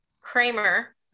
Kramer